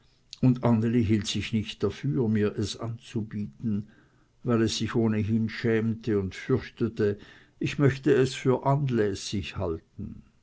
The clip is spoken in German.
und anneli hielt sich nicht dafür mir es anzubieten weil es sich ohnehin schämte und fürchtete ich möchte es für anlässig halten